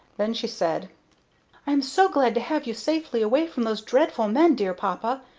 then she said i am so glad to have you safely away from those dreadful men, dear papa!